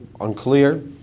unclear